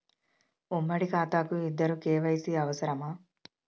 ఉమ్మడి ఖాతా కు ఇద్దరు కే.వై.సీ అవసరమా?